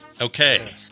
Okay